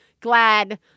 glad